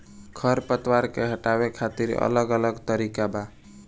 खर पतवार के हटावे खातिर अलग अलग तरीका बा